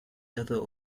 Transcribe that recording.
other